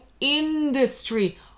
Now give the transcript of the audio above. industry